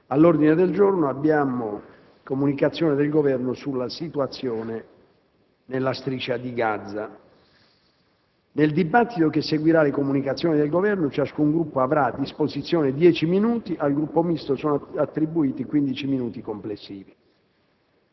L'ordine del giorno reca: «Comunicazioni del Governo sulla situazione nei Territori palestinesi». Nel dibattito che seguirà alle comunicazioni ciascun Gruppo avrà a disposizione dieci minuti. Al Gruppo Misto sono attribuiti quindici minuti complessivi.